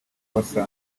basa